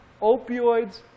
Opioids